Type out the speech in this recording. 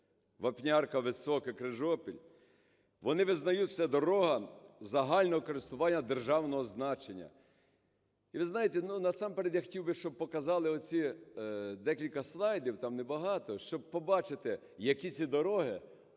Вапнярка – Високе – Крижопіль. Вони визнають, це дорога загального користування державного значення. І, ви знаєте, насамперед я хотів би, щоб показали оці декілька слайдів, там небагато, щоб побачити, які ці дороги.